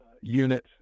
unit